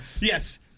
yes